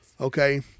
Okay